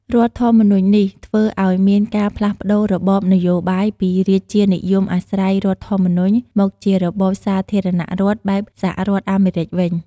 រដ្ឋធម្មនុញ្ញនេះ ធ្វើឲ្យមានការផ្លាស់ប្តូររបបនយោបាយពីរាជានិយមអាស្រ័យរដ្ឋធម្មនុញ្ញ មកជារបបសាធារណរដ្ឋ បែបសហរដ្ឋអាមេរិកវិញ។